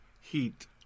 Heat